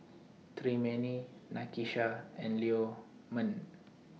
Tremaine Nakisha and Leo Meng